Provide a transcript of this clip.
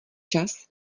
včas